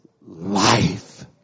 life